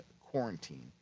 quarantine